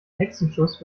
hexenschuss